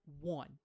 one